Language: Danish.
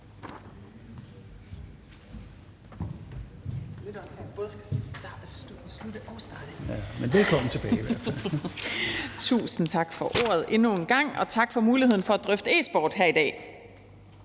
Tusind tak for ordet, og tak for muligheden for at drøfte e-sport her i dag.